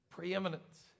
preeminence